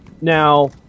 Now